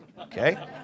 Okay